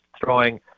throwing